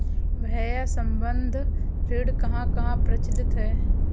भैया संबंद्ध ऋण कहां कहां प्रचलित है?